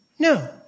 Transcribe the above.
No